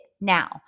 now